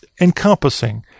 encompassing